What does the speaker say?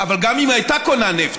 אבל גם אם הייתה קונה נפט,